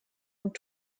und